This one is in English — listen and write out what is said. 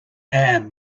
air